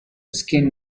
skin